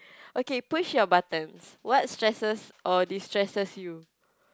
okay push your button what stresses or destresses you